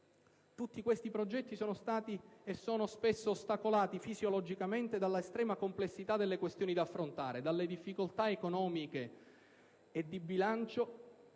Tutti questi progetti sono stati e sono spesso ostacolati fisiologicamente dall'estrema complessità delle questioni da affrontare, dalle difficoltà economiche e di bilancio